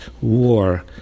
war